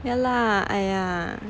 yeah lah !aiya!